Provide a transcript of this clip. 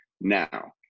Now